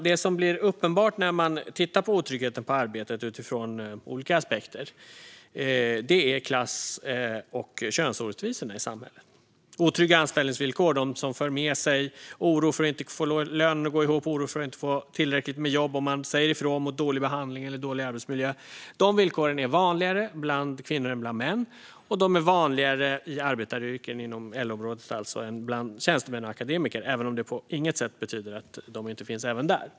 Det som blir uppenbart när man tittar på otryggheten på arbetet utifrån olika aspekter är klass och könsorättvisorna i samhället. Otrygga anställningsvillkor som för med sig oro för att inte få lönen att gå ihop och oro för att inte få tillräckligt med jobb om man säger ifrån mot dålig behandling eller dålig arbetsmiljö, de villkoren är vanligare bland kvinnor än bland män, och de är vanligare i arbetaryrken inom LO-området än bland tjänstemän och akademiker - även om det på inget sätt betyder att de inte finns även där.